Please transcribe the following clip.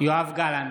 יואב גלנט,